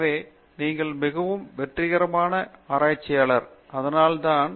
எனவே நீங்கள் மிகவும் வெற்றிகரமான ஆராய்ச்சியாளர் அதனால் தான்